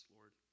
Lord